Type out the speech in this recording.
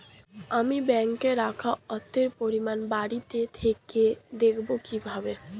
আমি ব্যাঙ্কে রাখা অর্থের পরিমাণ বাড়িতে থেকে দেখব কীভাবে?